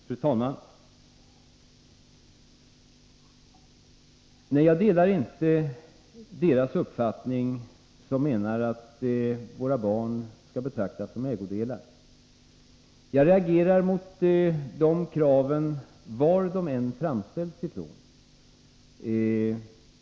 Fru talman! Nej, jag delar inte uppfattningen att våra barn skall betraktas som ägodelar. Jag reagerar mot sådana krav varifrån de än framställs.